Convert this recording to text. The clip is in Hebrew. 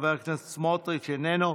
חבר הכנסת סמוטריץ' איננו,